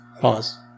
Pause